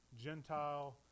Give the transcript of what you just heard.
Gentile